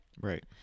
Right